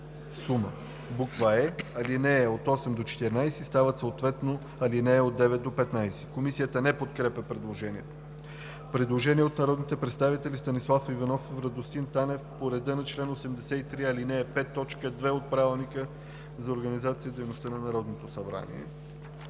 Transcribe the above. сума.“ е) ал. 8 – 14 стават съответно ал. 9 – 15.“ Комисията не подкрепя предложението. Предложение от народните представители Станислав Иванов и Радостин Танев по реда на чл. 83, ал. 5, т. 2 от Правилника за организацията и дейността на Народното събрание.